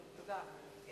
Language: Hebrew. תודה.